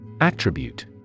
Attribute